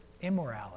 immorality